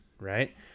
right